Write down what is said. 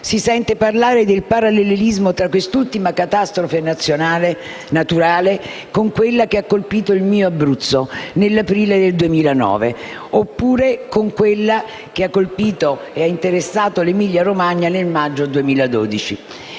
Si sente parlare del parallelismo tra quest'ultima catastrofe naturale e quella che ha colpito il mio Abruzzo nell'aprile del 2009, oppure con quella che ha interessato l'Emilia-Romagna nel maggio del 2012.